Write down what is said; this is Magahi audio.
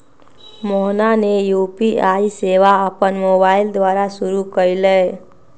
मोहना ने यू.पी.आई सेवा अपन मोबाइल द्वारा शुरू कई लय